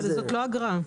זאת לא אגרה.